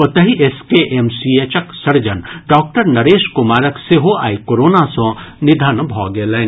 ओतहि एसकेएमसीक surgeon doctor Naresh कुमारक सेहो आइ कोरोना सँ निधन भऽ गेलनि